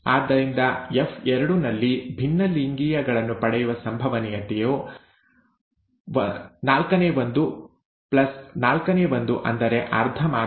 ಆದ್ದರಿಂದ ಎಫ್2 ನಲ್ಲಿ ಭಿನ್ನಲಿಂಗೀಯಗಳನ್ನು ಪಡೆಯುವ ಸಂಭವನೀಯತೆಯು ¼ ¼ ಅಂದರೆ ಅರ್ಧ ಮಾತ್ರ